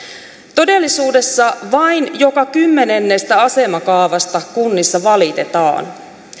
todellisuudessa vain joka kymmenennestä asemakaavasta kunnissa valitetaan